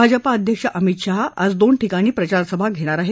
भाजपा अध्यक्ष अमित शहा आज दोन ठिकाणी प्रचार सभा घेणार आहेत